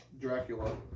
Dracula